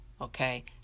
Okay